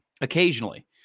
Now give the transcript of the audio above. Occasionally